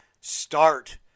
start